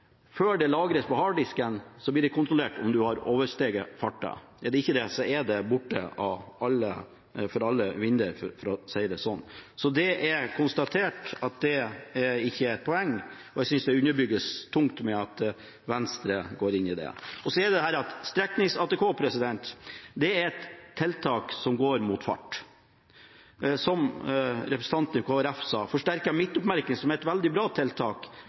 Før det lagres på harddisken, blir det kontrollert om man har oversteget fartsgrensen. Har man ikke det, er bildet borte – spredt for alle vinder, for å si det sånn. Det er konstatert at dette ikke er et poeng, og jeg synes det underbygges tungt med at Venstre går med på dette. Streknings-ATK er et tiltak mot fart. Som representanten fra Kristelig Folkeparti sa: Forsterket midtoppmerking, som er et veldig bra tiltak,